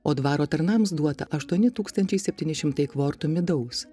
o dvaro tarnams duota aštuoni tūkstančiai septyni šimtai kvortų midaus